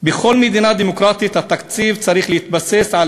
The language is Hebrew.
בכל מדינה דמוקרטית התקציב צריך להתבסס על